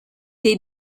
dei